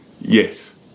yes